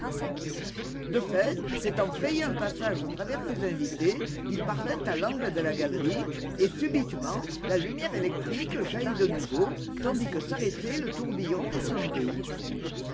de fait s'étant frayé un passage à travers ses invités il parvint à l'angle de la galerie et subitement la lumière électrique jaillit de nouveau tandis que s'arrêtait le tourbillon des sonneries